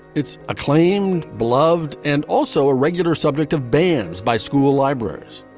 its acclaimed, beloved and also a regular subject of bands by school libraries.